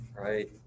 right